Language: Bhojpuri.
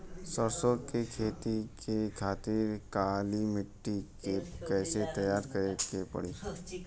सरसो के खेती के खातिर काली माटी के कैसे तैयार करे के पड़ी?